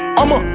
I'ma